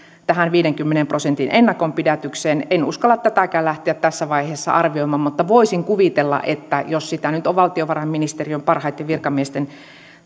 tähän viidenkymmenen prosentin ennakonpidätykseen en uskalla tätäkään lähteä tässä vaiheessa arvioimaan mutta voisin kuvitella että jos sitä nyt on valtiovarainministeriön parhaitten virkamiesten